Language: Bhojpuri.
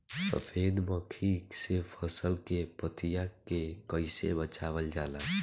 सफेद मक्खी से फसल के पतिया के कइसे बचावल जाला?